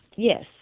Yes